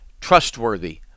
trustworthy